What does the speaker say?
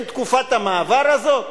אין תקופת המעבר הזאת?